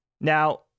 now